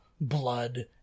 blood